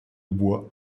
blois